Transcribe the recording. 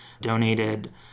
donated